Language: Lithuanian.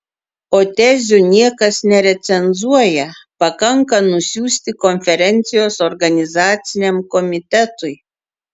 o tezių niekas nerecenzuoja pakanka nusiųsti konferencijos organizaciniam komitetui